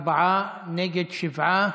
בעד, ארבעה, נגד, שבעה.